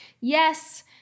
yes